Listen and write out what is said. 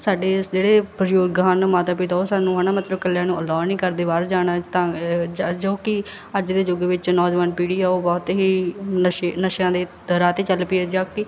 ਸਾਡੇ ਜਿਹੜੇ ਬਜ਼ੁਰਗ ਹਨ ਮਾਤਾ ਪਿਤਾ ਉਹ ਸਾਨੂੰ ਹੈ ਨਾ ਮਤਲਬ ਇਕੱਲਿਆਂ ਨੂੰ ਅਲਾਓ ਨਹੀਂ ਕਰਦੇ ਬਾਹਰ ਜਾਣਾ ਤਾਂ ਜ ਜੋ ਕਿ ਅੱਜ ਦੇ ਯੁੱਗ ਵਿੱਚ ਨੌਜਵਾਨ ਪੀੜ੍ਹੀ ਆ ਉਹ ਬਹੁਤ ਹੀ ਨਸ਼ੇ ਨਸ਼ਿਆਂ ਦੇ ਰਾਹ 'ਤੇ ਚੱਲ ਪਈ ਆ ਜਾ ਕਿ